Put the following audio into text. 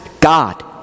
God